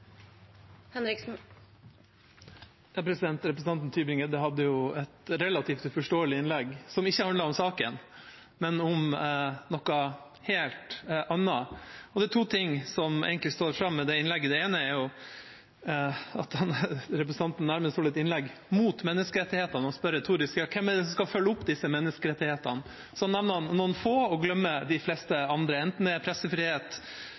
Representanten Tybring-Gjedde hadde et relativt uforståelig innlegg som ikke handlet om saken, men noe helt annet. Det er egentlig to ting som står fram i det innlegget. Det ene er at representanten nærmest holdt et innlegg mot menneskerettighetene. Han spør retorisk: Ja, hvem er det som skal følge opp disse menneskerettighetene? Så nevner han noen få og glemmer de fleste andre, enten det er pressefrihet,